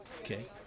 Okay